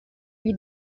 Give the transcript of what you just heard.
gli